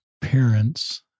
parents